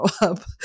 up